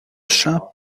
chant